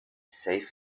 safe